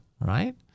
right